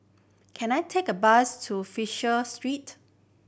can I take a bus to Fisher Street